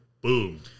boom